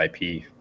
ip